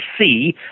see